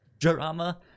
drama